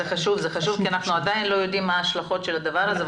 זה חשוב כי אנחנו עדיין לא יודעים מה ההשלכות של הדבר הזה.